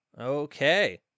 Okay